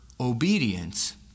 obedience